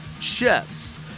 chefs